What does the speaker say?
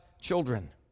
children